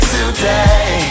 Today